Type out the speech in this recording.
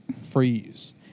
freeze